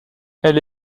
elle